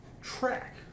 track